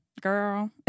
girl